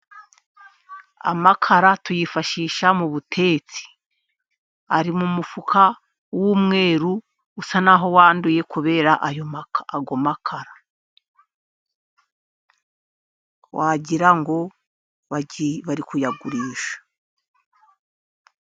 Amakara tuyifashisha mu butetsi. Ari mu mufuka w'umweru usawa naho wanduye kubera ayo makara, wagira ngo bari kuyagusha.